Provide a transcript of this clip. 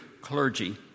clergy